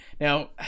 Now